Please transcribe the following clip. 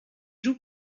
joue